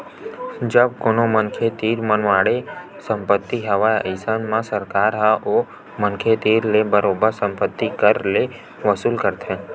जब कोनो मनखे तीर मनमाड़े संपत्ति हवय अइसन म सरकार ह ओ मनखे तीर ले बरोबर संपत्ति कर के वसूली करथे